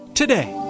Today